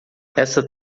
essa